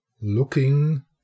looking